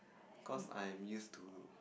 cause I am used to